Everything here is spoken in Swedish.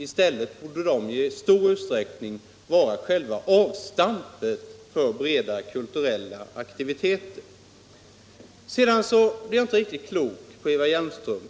I stället borde i stor utsträckning själva avstampet för bredare kulturella aktiviteter göras från dessa. Jag blir inte riktigt klok på Eva Hjelmström.